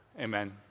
amen